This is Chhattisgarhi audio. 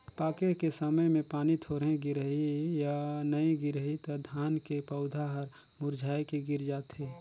पाके के समय मे पानी थोरहे गिरही य नइ गिरही त धान के पउधा हर मुरझाए के गिर जाथे